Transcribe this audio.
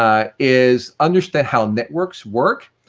um is understand how networks work,